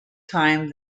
time